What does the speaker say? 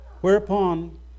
whereupon